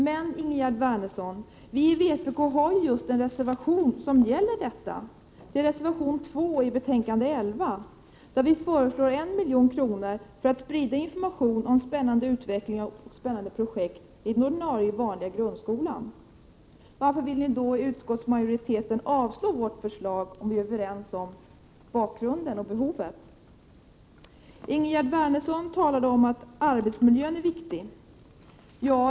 Men, Ingegerd Wärnersson, vi i vpk har just en reservation som gäller detta, nämligen reservation 2 i betänkande 11 där vi föreslår 1 milj.kr. för att sprida information om spännande utveckling och spännande projekt i den vanliga grundskolan. Varför vill utskottsmajoriteten avstyrka vårt förslag, om vi är överens om bakgrunden och behovet? Ingegerd Wärnersson talade om att arbetsmiljön är viktig.